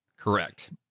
Correct